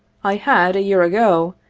i had, a year ago,